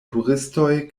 turistoj